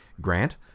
Grant